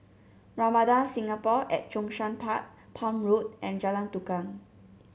Ramada Singapore at Zhongshan Park Palm Road and Jalan Tukang